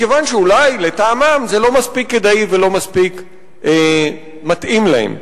מכיוון שאולי לטעמם זה לא מספיק כדאי ולא מספיק מתאים להם.